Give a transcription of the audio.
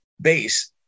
base